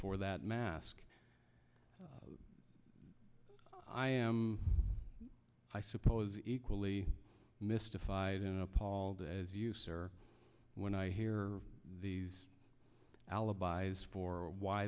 for that mask i am i suppose equally mystified and appalled as you sir when i hear these alibis for why